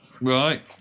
Right